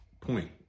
point